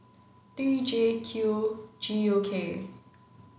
three J Q G U K